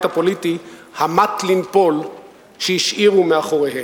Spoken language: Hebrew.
הפוליטי המט לנפול שהשאירו מאחוריהם.